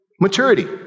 Maturity